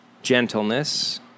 Gentleness